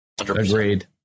Agreed